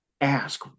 ask